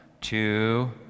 two